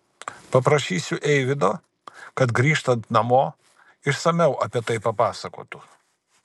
paprašysiu eivydo kad grįžtant namo išsamiau apie tai papasakotų